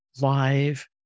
live